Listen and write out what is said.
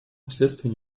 последствия